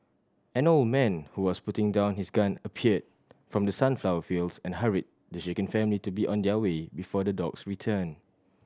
an old man who was putting down his gun appeared from the sunflower fields and hurried the shaken family to be on their way before the dogs return